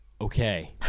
Okay